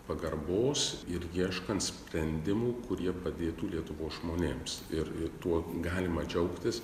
pagarbos ir ieškant sprendimų kurie padėtų lietuvos žmonėms ir ir tuo galima džiaugtis